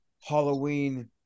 Halloween